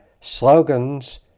slogans